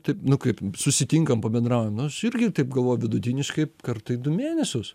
taip nu kaip susitinkam pabendraujam nu aš irgi taip galvoju vidutiniškai kartą į du mėnesius